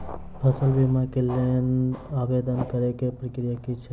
फसल बीमा केँ लेल आवेदन करै केँ प्रक्रिया की छै?